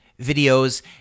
videos